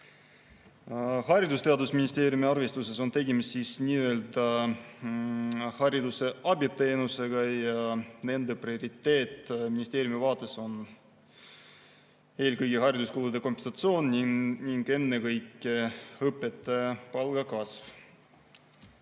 Haridus‑ ja Teadusministeeriumi arvestuses on tegemist nii‑öelda hariduse abiteenusega ja nende prioriteet ministeeriumi vaates on eelkõige hariduskulude kompensatsioon ning õpetajate palga kasv.